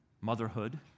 Motherhood